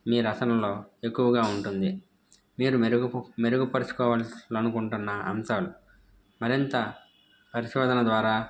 మీ రచనలో ఎక్కువగా ఉంటుంది మీరు మెరుగు మెరుగుపరుచుకోవాలి అనుకుంటున్న అంశాలు మరింత పరిశోధన ద్వారా